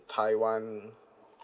taiwan